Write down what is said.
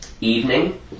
evening